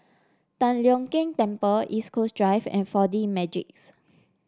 Tian Leong Keng Temple East Coast Drive and Four D Magix